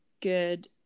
good